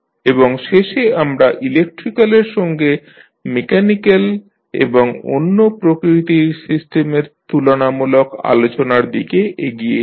এবং শেষে আমরা ইলেকট্রিক্যালের সঙ্গে মেকানিক্যাল এবং সঙ্গে অন্য প্রকৃতির সিস্টেমের তুলনামূলক আলোচনার দিকে এগিয়ে যাব